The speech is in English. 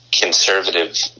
conservative